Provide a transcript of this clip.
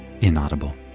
inaudible